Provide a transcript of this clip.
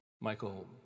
Michael